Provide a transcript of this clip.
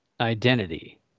identity